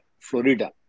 Florida